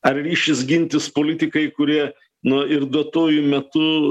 ar ryšis gintis politikai kurie nu ir duotuoju metu